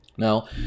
Now